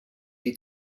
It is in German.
die